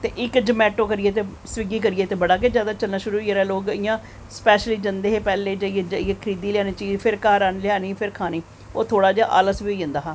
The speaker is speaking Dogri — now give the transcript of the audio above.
ते इक्क जोमैटो करियै ते स्विगी करियै ते जादा चलना शुरू होई गेदा ते लोग स्पेशली जंदे हे ते जाइयै ते फिर घर आनियै फिर खानी ओह् थोह्ड़ा जेहा आलस बी होई जदा हा